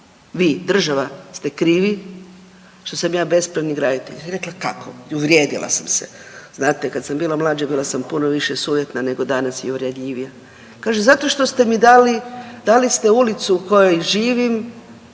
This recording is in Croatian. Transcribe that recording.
vi država ste krivi što sam ja bespravni graditelj. Ja rekla kako i uvrijedila sam se znate kada sam bila mlađa bila sam puno više sujetna nego danas i uvredljivija, kaže zato što ste mi dali, dali ste ulicu u kojoj živim